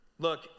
Look